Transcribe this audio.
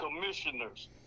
Commissioners